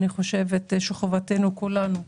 אני חושבת שהחובה של כולנו היא